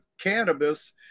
cannabis